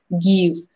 give